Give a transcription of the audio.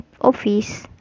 office